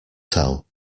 tell